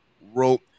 wrote